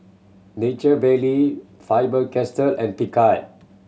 Nature Valley Faber Castell and Picard